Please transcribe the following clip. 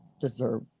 deserve